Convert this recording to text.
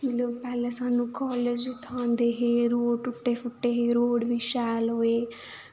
मतलब पैह्लें सानूं कालेज उत्थै आंदे हे रोड़ टुट्टे फुट्टे हे रोड़ बी शैल होए